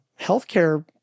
healthcare